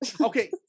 Okay